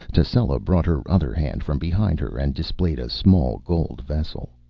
tascela brought her other hand from behind her and displayed a small gold vessel.